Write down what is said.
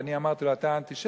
ואני אמרתי לו: אתה אנטישמי,